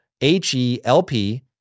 H-E-L-P